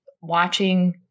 watching